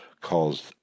caused